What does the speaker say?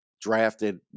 drafted